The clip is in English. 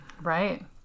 Right